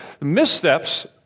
missteps